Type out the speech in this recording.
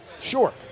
sure